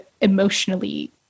emotionally